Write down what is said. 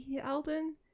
Elden